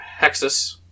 Hexus